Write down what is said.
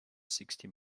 sixty